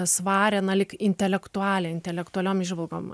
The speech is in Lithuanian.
svarią na lyg intelektualią intelektualiom įžvalgom